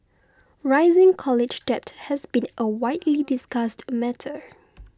rising college debt has been a widely discussed matter